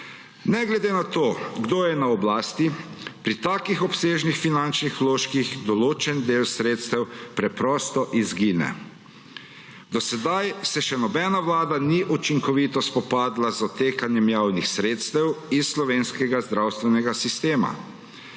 Ne glede na to, kdo je na oblasti, pri takih obsežnih finančnih vložkih določen del sredstev preprosto izgine. Do sedaj se še nobena vlada ni učinkovito spopadla z odtekanjem javnih sredstev iz slovenskega zdravstvenega sistema.